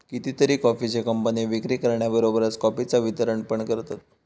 कितीतरी कॉफीचे कंपने विक्री करण्याबरोबरच कॉफीचा वितरण पण करतत